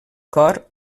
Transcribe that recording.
cor